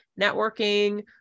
networking